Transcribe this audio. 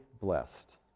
blessed